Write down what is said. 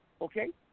okay